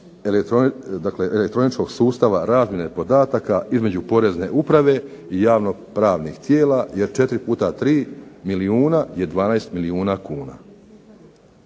električkog sustava razmjene podataka između POrezne uprave i javno-pravnih tijela jer 4 put 3 milijuna je 12 milijuna kuna.